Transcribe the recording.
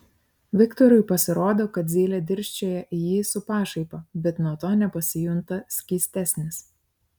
viktorui pasirodo kad zylė dirsčioja į jį su pašaipa bet nuo to nepasijunta skystesnis